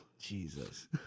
Jesus